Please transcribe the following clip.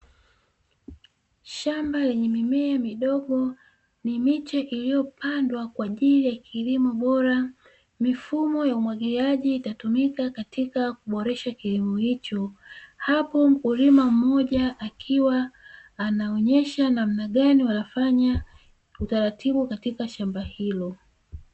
Shamba lenye mimea midogo ni miche iliyopandwa kwa ajili ya kilimo bora, mifumo ya umwagiliaji itatumika katika kuboresha kilimo hicho, hapo mkulima mmoja akiwa anaonyesha namna gani wanafanya utaratibu katika shamba hilo.